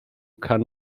kann